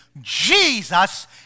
Jesus